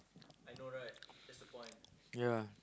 ya